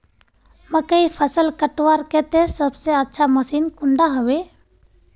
मकईर फसल कटवार केते सबसे अच्छा मशीन कुंडा होबे?